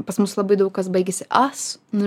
pas mus labai daug kas baigiasi as nu